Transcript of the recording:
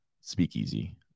speakeasy